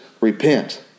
repent